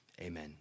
Amen